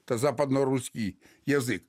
ta zapadna ruskij jazyk